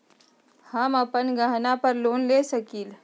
हम अपन गहना पर लोन ले सकील?